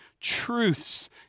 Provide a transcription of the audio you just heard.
truths